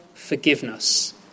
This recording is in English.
forgiveness